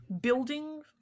building